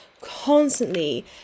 constantly